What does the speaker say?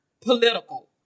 political